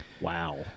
Wow